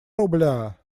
рубля